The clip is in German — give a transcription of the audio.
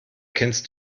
kennst